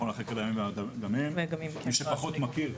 מי שפחות מכיר,